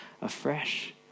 afresh